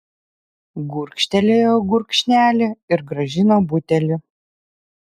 gurkštelėjo gurkšnelį ir grąžino butelį